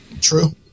true